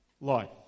life